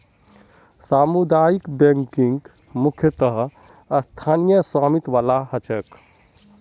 सामुदायिक बैंकिंग मुख्यतः स्थानीय स्वामित्य वाला ह छेक